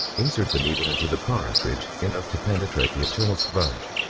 insert the needle into the cartridge enough to penetrate the internal sponge.